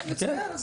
כן, מצוין.